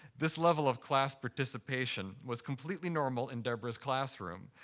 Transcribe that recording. this level of class participation was completely normal in deborah's classroom,